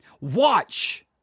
watch